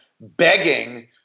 begging